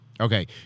Okay